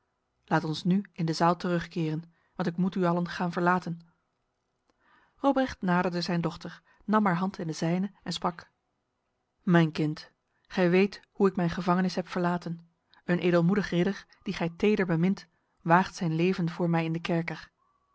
laat ons nu in de zaal terugkeren want ik moet u allen gaan verlaten robrecht naderde zijn dochter nam haar hand in de zijne en sprak mijn kind gij weet hoe ik mijn gevangenis heb verlaten een edelmoedig ridder die gij teder bemint waagt zijn leven voor mij in de kerker